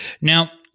Now